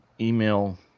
email